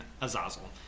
Azazel